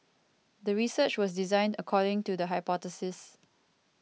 the research was designed according to the hypothesis